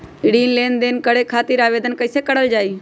ऋण लेनदेन करे खातीर आवेदन कइसे करल जाई?